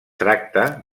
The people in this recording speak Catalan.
tracta